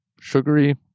sugary